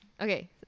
Okay